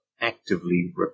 actively